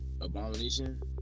Abomination